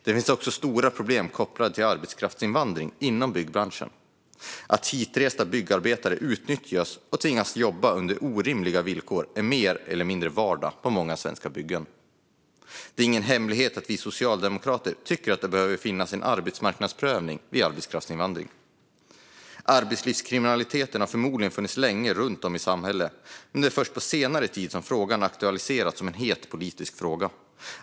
Det finns också stora problem kopplat till arbetskraftsinvandring inom byggbranschen. Att hitresta byggarbetare utnyttjas och tvingas jobba under orimliga villkor är mer eller mindre vardag på många svenska byggen. Det är ingen hemlighet att vi socialdemokrater tycker att det behöver finnas en arbetsmarknadsprövning vid arbetskraftsinvandring. Arbetslivskriminaliteten har förmodligen funnits länge runt om i samhället, men det är först på senare tid som den har aktualiserats som en het politisk fråga.